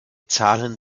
zahlen